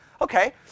Okay